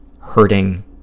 hurting